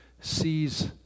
sees